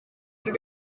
niko